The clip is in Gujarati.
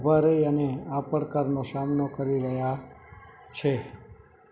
ઊભા રહી અને આ પડકારનો સામનો કરી રહ્યા છે